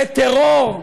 בטרור,